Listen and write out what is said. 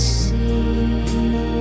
see